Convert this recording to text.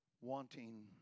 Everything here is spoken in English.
wanting